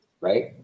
right